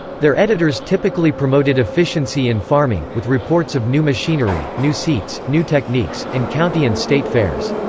their editors typically promoted efficiency in farming, with reports of new machinery, new seats, new techniques, and county and state fairs.